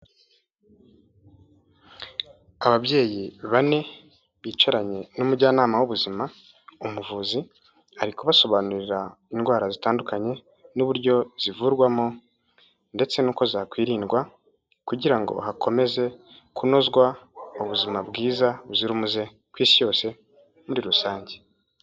Ababyeyi bane bicaranye n'umujyanama w'ubuzima, umuvuzi ari kubasobanurira indwara zitandukanye n'uburyo zivurwamo ndetse nuko zakwirindwa, kugira ngo hakomeze kunozwa ubuzima bwiza buzira umuze ku Isi yose muri rusange.